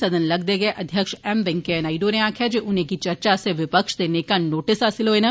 सदन लगदे गै अध्यक्ष एम वैकय्या नायड् होरें आक्खेआ जे उनेंगी चर्चा आस्तै विपक्ष दे नेकां नोटिस हासिल होए न